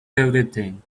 everything